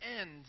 end